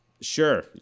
Sure